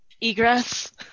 egress